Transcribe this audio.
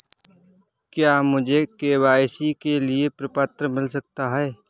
क्या मुझे के.वाई.सी के लिए प्रपत्र मिल सकता है?